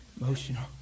emotional